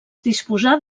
disposar